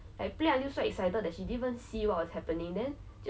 a bit strange right cannot be sec four play play playground right